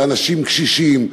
לאנשים קשישים,